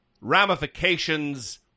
ramifications